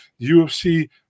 UFC